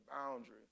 boundary